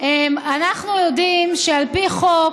אנחנו יודעים שעל פי החוק,